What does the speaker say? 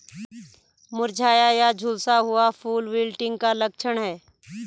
मुरझाया या झुलसा हुआ फूल विल्टिंग का लक्षण है